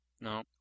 No